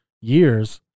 years